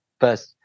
first